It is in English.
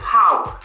power